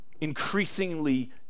increasingly